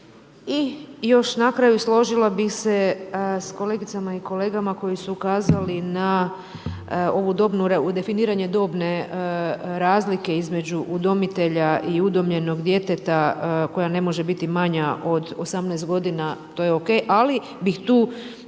I još na kraju, složila bi se s kolegicama i kolegama, koji su ukazali na definiranje dobne razlike između udomitelja i udomljenog djeteta, koja ne može biti manja od 18 g. to je ok, ali, bih tu